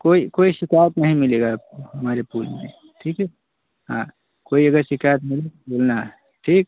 कोई कोई शिकायत नहीं मिलेगी आपको हमारे फूल में ठीक है हाँ कोई अगर शिकायात मिले बोलना है ठीक